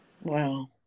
Wow